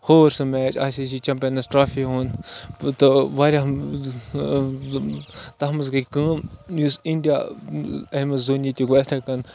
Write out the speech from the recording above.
ہوٗر سُہ match I C C champions trophy تہٕ واریاہ تَتھ منٛز گٔے یُس اِنڈیا اٮ۪م اٮ۪س دھونی تہِ گوٚو یِتھَے کَنۍ